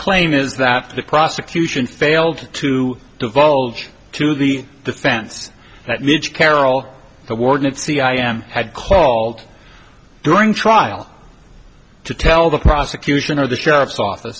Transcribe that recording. claim is that the prosecution failed to divulge to the defense that leads carol the warden at c i am had called during trial to tell the prosecution or the sheriff's office